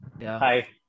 Hi